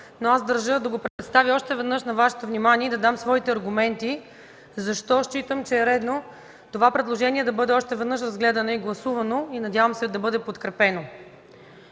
но аз държа да го представя още веднъж на Вашето внимание и да дам своите аргументи по това защо считам, че е редно това предложение да бъде още веднъж разгледано и гласувано и, надявам се, да бъде подкрепено.